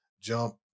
jump